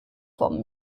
vom